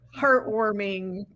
heartwarming